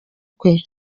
kwe